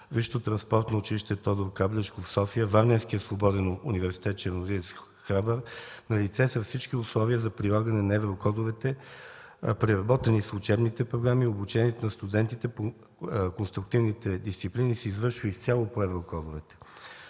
Висшето транспортно училище „Тодор Каблешков“ – София, Варненския свободен университет „Черноризец Храбър“, налице са всички условия за прилагане на еврокодовете, преработени са учебните програми, обучението на студентите по конструктивните дисциплини се извършва изцяло по еврокодовете,